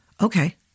Okay